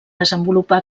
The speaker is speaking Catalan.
desenvolupar